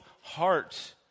heart